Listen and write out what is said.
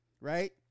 right